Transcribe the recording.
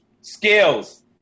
skills